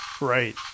Right